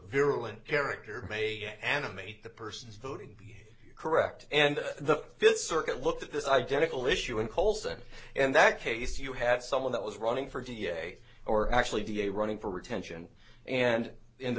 virulent character may animate the person is voting correct and the fifth circuit looked at this identical issue and colson in that case you had someone that was running for da or actually da running for retention and in the